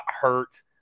hurt